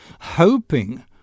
hoping